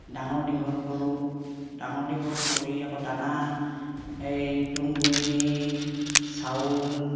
ডাঙৰ দীঘল কৰোঁ ডাঙৰ দীঘল কৰি আকৌ দানা এই তুঁহগুড়ি চাউল